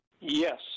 Yes